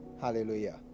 Hallelujah